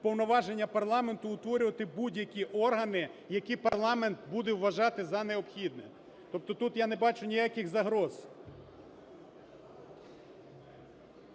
повноваження парламенту утворювати будь-які органи, які парламент буде вважати за необхідне. Тобто тут я не бачу ніяких загроз.